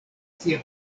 sia